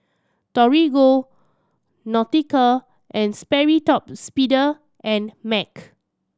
Torigo Nautica and Sperry Top and Mac